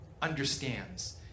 understands